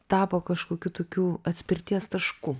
tapo kažkokiu tokiu atspirties tašku